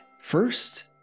First